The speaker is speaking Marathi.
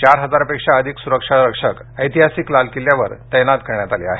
चार हजारपेक्षा अधिक सुरक्षा रक्षक लाल ऐतिहासिक लाल किल्ल्यावर तैनात करण्यात आले आहेत